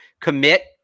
commit